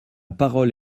parole